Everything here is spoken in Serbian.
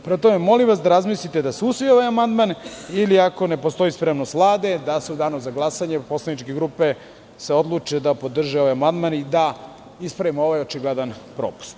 Prema tome, molim vas da razmislite da se usvoji ovaj amandman ili, ako ne postoji spremnost Vlade, da se u danu za glasanje poslaničke grupe odluče da podrže ovaj amandman i da ispravimo ovaj očigledan propust.